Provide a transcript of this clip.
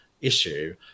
issue